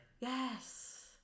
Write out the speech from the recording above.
Yes